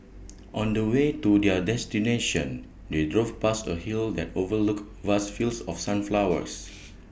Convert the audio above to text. on the way to their destination they drove past A hill that overlooked vast fields of sunflowers